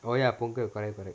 oh ya pongal correct correct